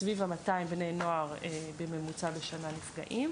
סביב ה-200 בני נוער בשנה נפגעים.